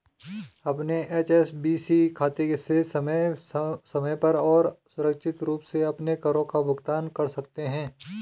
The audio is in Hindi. अपने एच.एस.बी.सी खाते से समय पर और सुरक्षित रूप से अपने करों का भुगतान कर सकते हैं